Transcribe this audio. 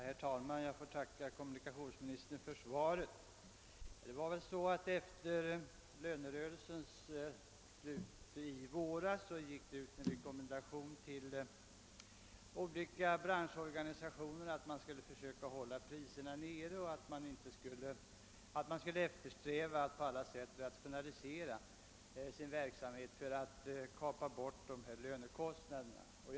Herr talman! Jag ber att få tacka kommunikationsministern för svaret. Efter lönerörelsens slut i våras gick det ut en rekommendation till olika branschorganisationer att försöka hålla priserna nere och eftersträva att på allt sätt rationalisera verksamheten för att kapa bort de ökade lönekostnaderna.